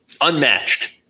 unmatched